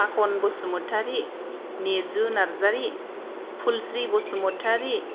Phakhan Basumatary Niju Narzary Phulsri Basumatary